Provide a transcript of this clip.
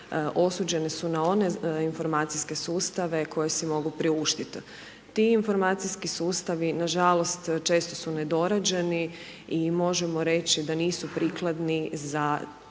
osuđene su na one informacijske sustave koje si mogu priuštiti. Ti informacijski sustavi nažalost često su nedorađeni i možemo reći da nisu prikladni za